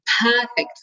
perfect